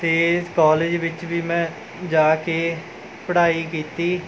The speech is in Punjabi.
ਅਤੇ ਕੋਲਜ ਵਿੱਚ ਵੀ ਮੈਂ ਜਾ ਕੇ ਪੜ੍ਹਾਈ ਕੀਤੀ